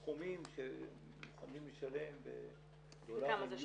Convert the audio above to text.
הסכומים שמוכנים לשלם בדולרים,